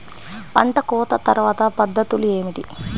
పంట కోత తర్వాత పద్ధతులు ఏమిటి?